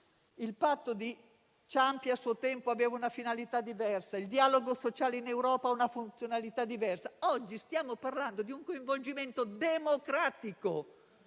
Il patto di Ciampi, a suo tempo, aveva una finalità diversa; il dialogo sociale in Europa aveva una funzionalità diversa. Oggi stiamo parlando di un coinvolgimento democratico